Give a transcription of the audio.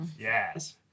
Yes